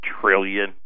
trillion